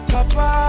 Papa